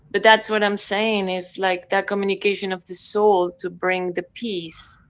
but that's what i'm saying, if like, that communication of the soul to bring the peace.